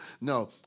No